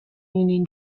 union